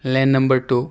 lane number two